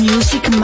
Music